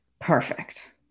Perfect